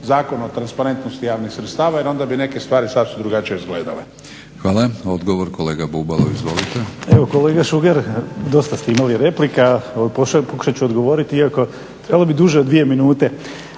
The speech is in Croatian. Zakon o transparentnosti javnih sredstava jer onda bi neke stvari sasvim drugačije izgledale.